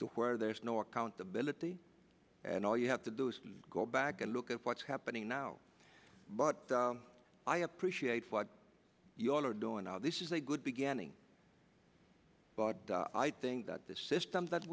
to where there is no accountability and all you have to do is go back and look at what's happening now but i appreciate what you all are doing this is a good beginning but i think that the systems that